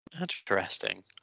Interesting